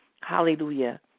Hallelujah